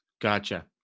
Gotcha